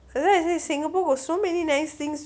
that's why I say singapore were so many nice things